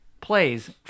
plays